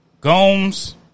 Gomes